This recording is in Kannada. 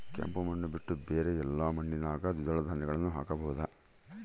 ಕೆಂಪು ಮಣ್ಣು ಬಿಟ್ಟು ಬೇರೆ ಎಲ್ಲಾ ಮಣ್ಣಿನಾಗ ದ್ವಿದಳ ಧಾನ್ಯಗಳನ್ನ ಹಾಕಬಹುದಾ?